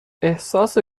احساس